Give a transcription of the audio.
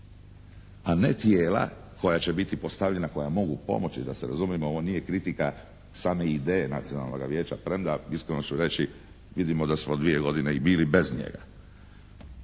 a ne tijela koja će biti postavljena koja mogu pomoći, da se razumijemo ovo nije kritika same ideje Nacionalnoga vijeća premda iskreno ću reći vidimo da smo dvije godine i bili bez njega,